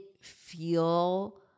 feel